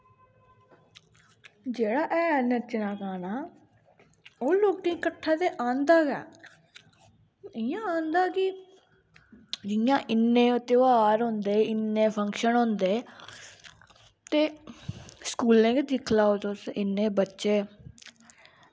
जेह्ड़ा ऐ नच्चे दा गाना ओह् लोकें गी कट्ठा ते आंदा गै इंया आंदा कि जियां इन्ने ध्यार होंदे इन्ने फंक्शन होंदे एह् स्कूलें गै दिक्खी लैओ तुस इन्ने बच्चे